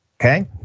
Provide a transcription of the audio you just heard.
okay